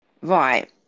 right